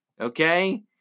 Okay